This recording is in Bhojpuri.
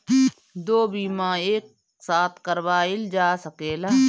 दो बीमा एक साथ करवाईल जा सकेला?